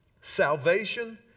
Salvation